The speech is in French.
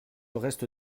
reste